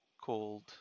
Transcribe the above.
called